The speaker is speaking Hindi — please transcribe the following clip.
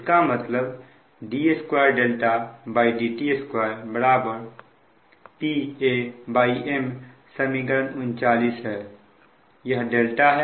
इसका मतलब d2dt2PaM समीकरण 39 है